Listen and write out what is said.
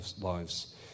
lives